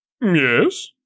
Yes